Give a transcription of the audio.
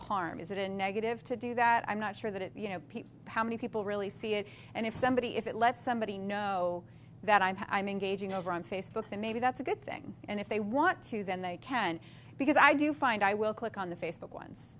harm is it a negative to do that i'm not sure that it you know how many people really see it and if somebody if it let somebody know that i'm i'm engaging over on facebook and maybe that's a good thing and if they want to then they can because i do find i will click on the facebook once